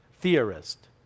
theorist